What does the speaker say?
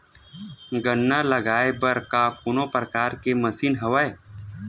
गन्ना लगाये बर का कोनो प्रकार के मशीन हवय?